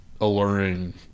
Alluring